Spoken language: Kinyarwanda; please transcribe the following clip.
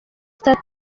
star